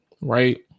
right